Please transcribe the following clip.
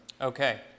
Okay